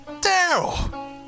Daryl